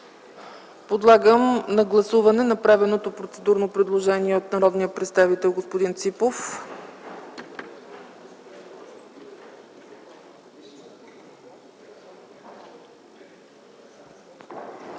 Подлагам на гласуване направеното процедурно предложение от народния представител господин Ципов.